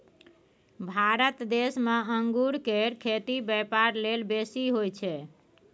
भारत देश में अंगूर केर खेती ब्यापार लेल बेसी होई छै